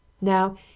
Now